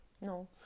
No